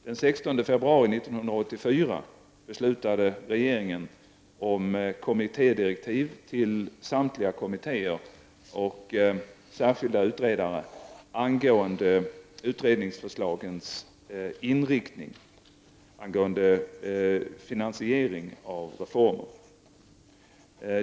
Den 16 februari 1984 beslutade regeringen om Kommittédirektiv till samtliga kommittéer och särskilda utredare angående utredningsförslagens inriktning angående finansiering av reformer.